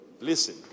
Listen